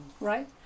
Right